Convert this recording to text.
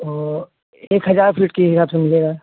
ओ एक हजार फीट के हिसाब से मिलेगा